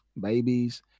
babies